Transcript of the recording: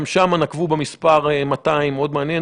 גם שם נקבו במספר 200, מאוד מעניין.